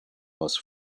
most